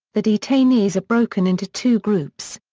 the detainees are broken into two groups.